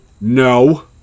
No